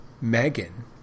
Megan